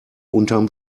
unterm